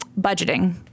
budgeting